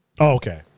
okay